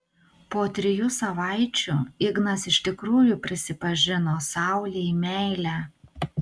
po trijų savaičių ignas iš tikrųjų prisipažino saulei meilę